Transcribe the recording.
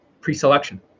pre-selection